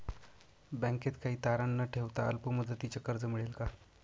बँकेत काही तारण न ठेवता अल्प मुदतीचे कर्ज मिळेल का?